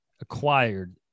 acquired